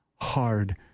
hard